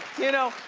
you know,